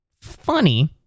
funny